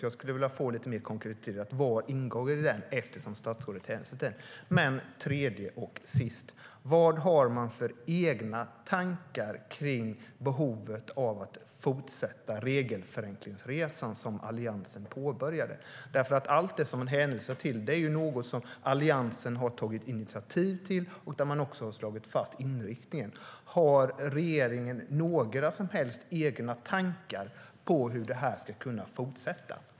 Jag skulle vilja få lite mer konkretiserat vad som ingår i den, eftersom statsrådet hänvisar till den. Det tredje som jag slutligen vill ta upp gäller vad man har för egna tankar om behovet av att fortsätta den regelförenklingsresa som Alliansen påbörjade. Allt det som man hänvisar till är sådant som Alliansen har tagit initiativ till och där inriktningen också har slagits fast. Har regeringen några som helst egna tankar om hur detta ska kunna fortsätta?